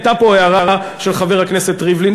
הייתה פה הערה של חבר הכנסת ריבלין.